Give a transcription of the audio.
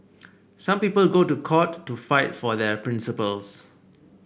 some people go to court to fight for their principles